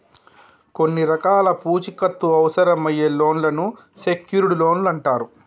కొన్ని రకాల పూచీకత్తు అవసరమయ్యే లోన్లను సెక్యూర్డ్ లోన్లు అంటరు